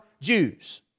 Jews